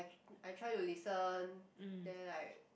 I try to listen then like